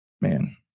man